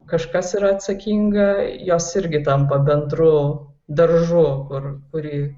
kažkas yra atsakinga jos irgi tampa bendru daržu kur kurį